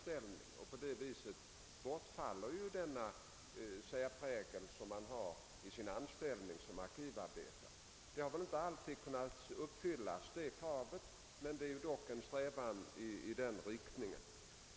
På det sättet bortfaller den särprägel som de har i sin anställning som arkivarbetare. Det kravet har inte alltid kunnat uppfyllas, men det förekommer dock en strävan i den riktningen.